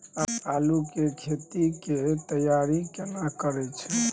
आलू के खेती के तैयारी केना करै छै?